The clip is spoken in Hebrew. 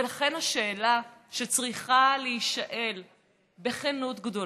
ולכן, השאלה שצריכה להישאל בכנות גדולה,